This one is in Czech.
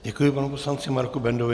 Děkuji panu poslanci Marku Bendovi.